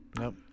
Nope